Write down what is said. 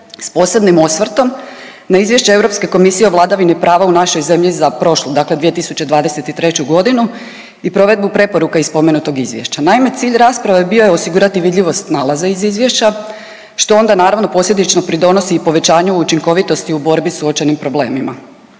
s posebnim osvrtom na izvješće Europske komisije o vladavini prava u našoj zemlji za prošlu, dakle 2023. godinu i provedbu preporuka iz spomenutog izvješća. Naime, cilj rasprave bio je osigurati vidljivost nalaza iz izvješća što onda naravno posljedično pridonosi i povećanju učinkovitosti u borbi s uočenim problemima.